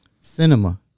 cinema